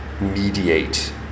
mediate